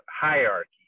hierarchy